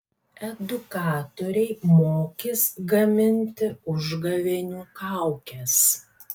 edukatoriai mokys gaminti užgavėnių kaukes